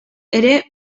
ere